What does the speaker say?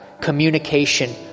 communication